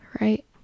right